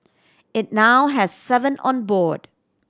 it now has seven on board